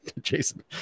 Jason